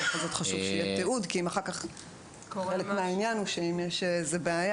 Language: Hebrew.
לכן חשוב שיהיה תיעוד כי אם יש איזושהי בעיה